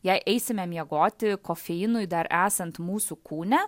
jei eisime miegoti kofeinui dar esant mūsų kūne